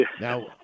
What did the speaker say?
now